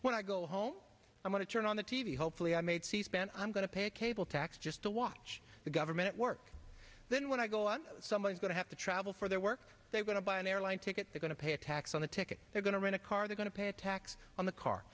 when i go home i'm going to turn on the t v hopefully i made c span i'm going to pay a cable tax just to watch the government work then when i go on somebody's going to have to travel for their work they are going to buy an airline ticket going to pay a tax on a ticket they're going to rent a car they going to pay a tax on the car